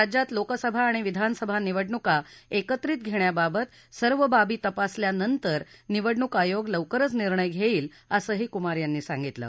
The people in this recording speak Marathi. राज्यात लोकसभा आणि विधानसभा निवडणूका एकत्रित घेण्याबाबत सर्व बाबी तपासल्यानंतर निवडणूक आयोग लवकरच निर्णय घेईल असंही कुमार यांनी सांगितलं